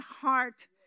heart